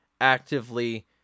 actively